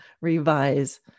revise